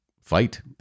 fight